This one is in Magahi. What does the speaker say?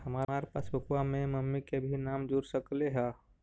हमार पासबुकवा में मम्मी के भी नाम जुर सकलेहा?